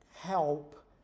help